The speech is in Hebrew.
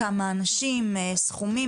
כמה אנשים וסכומים